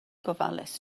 gofalus